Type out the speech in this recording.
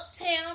uptown